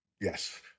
Yes